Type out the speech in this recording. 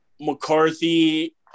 McCarthy